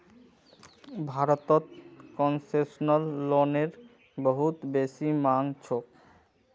भारतत कोन्सेसनल लोनेर बहुत बेसी मांग छोक